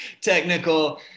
Technical